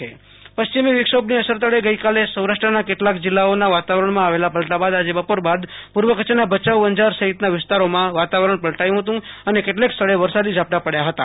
આશુતોષ અંતાણી કચ્છ હવામાન પશ્ચિમો વિક્ષોભની અસર તળ ગઈકાલે સૌરાષ્ટ્રના કેટલાક જિલ્લાઓના વાતાવરણમાં આવેલા પલ્ટા બાદ આજે બપોર બાદ પૂર્વ કચ્છના ભચાઉ અંજાર સહિતના વિસ્તારોમાં વાતાવરણ પલ્ટાયું હત અને કેટલેક સ્થળ વરસાદી ઝાંપટા પડયા હતા